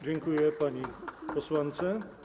Dziękuję pani posłance.